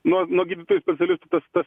nuo nuo gydytojų specialistų tas tas